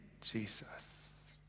Jesus